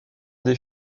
des